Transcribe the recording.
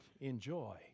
enjoy